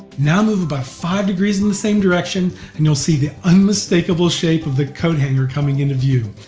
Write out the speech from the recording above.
now move about five degrees in the same direction and you'll see the unmistakable shape of the coathanger coming into view.